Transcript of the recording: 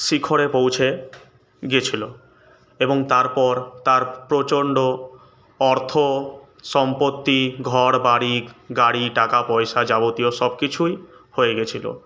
শিখরে পৌঁছে গেছিলো এবং তারপর তার প্রচণ্ড অর্থ সম্পত্তি ঘর বাড়ি গাড়ি টাকা পয়সা যাবতীয় সব কিছুই হয়ে গেছিলো